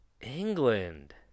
England